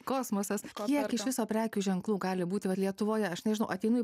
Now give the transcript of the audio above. kosmosas kiek iš viso prekių ženklų gali būti lietuvoje aš nežinau ateinu į